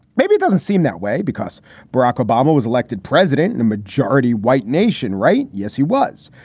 maybe it doesn't seem that way because barack obama was elected president in a majority white nation, right? yes, he was.